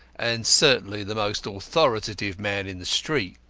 and certainly the most authoritative man in the street,